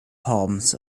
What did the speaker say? palms